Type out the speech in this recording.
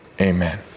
Amen